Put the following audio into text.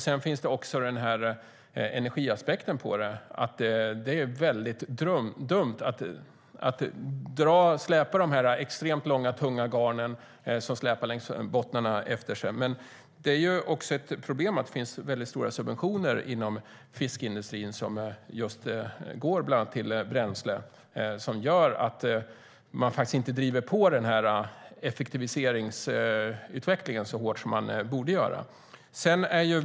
Sedan finns också energiaspekten: Det är dumt att släpa de extremt långa och tunga garnen efter sig längs bottnarna. Det är också ett problem att det finns stora subventioner inom fiskeindustrin som går bland annat just till bränsle och som gör att man inte driver på effektiviseringsutvecklingen så hårt som man borde göra.